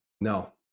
No